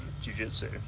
Jiu-Jitsu